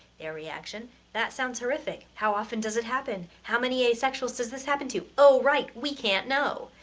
their reaction that sounds horrific! how often does it happen? how many asexuals does this happen to? oh right, we can't know,